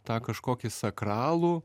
tą kažkokį sakralų